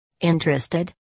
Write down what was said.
Interested